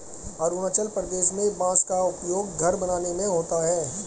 अरुणाचल प्रदेश में बांस का उपयोग घर बनाने में होता है